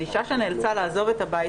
זאת אישה שנאלצה לעזוב את הבית,